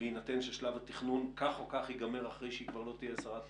בהינתן ששלב התכנון כך או כך ייגמר אחרי שהיא כבר לא תהיה שרת התחבורה,